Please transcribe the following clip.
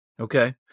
Okay